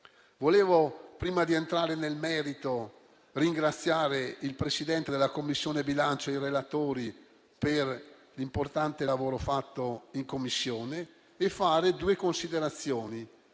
mesi. Prima di entrare nel merito, desidero ringraziare il Presidente della Commissione bilancio e i relatori per l'importante lavoro svolto in Commissione e fare due considerazioni.